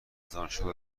دانشگاه